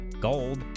Gold